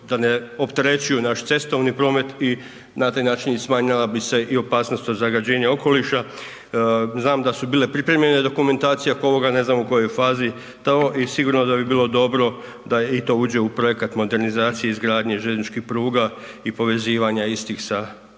da ne opterećuju naš cestovni promet i na taj način smanjila bi se i opasnost od zagađenja okoliša. Znam da su bile pripremljene dokumentacije oko ovoga, ne znam u kojoj je fazi to i sigurno da bi bilo dobro da i to uđe u projekata modernizacije izgradnje željezničkih pruga i povezivanje istih sa